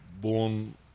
born